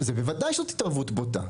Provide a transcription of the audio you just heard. בוודאי שזו התערבות בוטה.